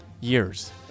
Years